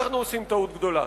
אנחנו עושים טעות גדולה.